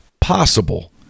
possible